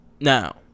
Now